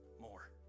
more